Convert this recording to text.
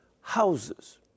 houses